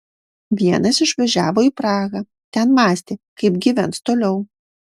vienas išvažiavo į prahą ten mąstė kaip gyvens toliau